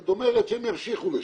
זאת אומרת שהם ימשיכו לשלם.